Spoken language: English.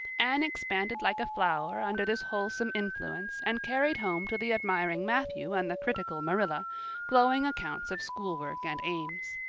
anne expanded like a flower under this wholesome influence and carried home to the admiring matthew and the critical marilla glowing accounts of schoolwork and aims.